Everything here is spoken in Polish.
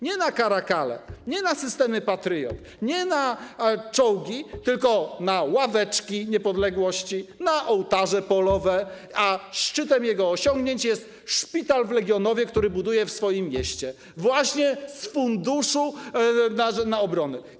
Nie na caracale, nie na systemy ˝Patriot˝, nie na czołgi, tylko na ławeczki niepodległości, na ołtarze polowe, a szczytem jego osiągnięć jest szpital w Legionowie, który buduje w swoim mieście właśnie z funduszu na obronę.